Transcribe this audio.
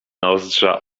nozdrza